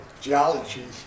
geology